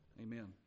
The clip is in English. Amen